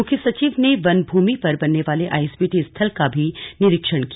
मुख्य सचिव ने वन भूमि पर बनने वाले आईएसबीटी स्थल का भी निरीक्षण किया